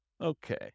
Okay